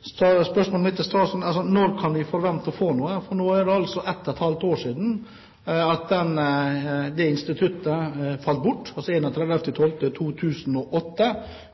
Så spørsmålet mitt til statsråden er når vi kan forvente å få noe. Nå er det ett og et halvt år siden at det instituttet falt bort – altså 31. desember 2008.